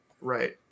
Right